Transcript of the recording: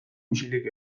isilik